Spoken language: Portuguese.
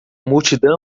multidão